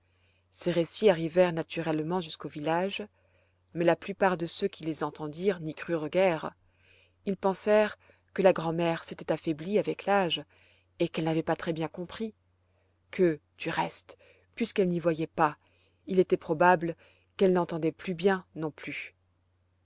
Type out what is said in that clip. ces récits arrivèrent naturellement jusqu'au village mais la plupart de ceux qui les entendirent n'y crurent guère ils pensèrent que la grand'mère s'était affaiblie avec l'âge et qu'elle n'avait pas très bien compris que du reste puisqu'elle n'y voyait pas il était probable qu'elle n'entendait plus bien non plus